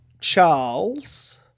Charles